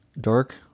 dark